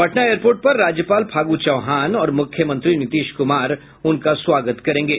Patna airport पर राज्यपाल फागु चौहान और मुख्यमंत्री नीतीश कुमार उनका स्वागत करेंगे